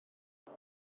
beth